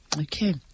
Okay